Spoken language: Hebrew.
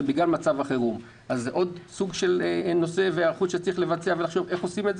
בגלל מצב החירום אז זה עוד סוג של היערכות שצריך לבצע ולחשוב איך עושים.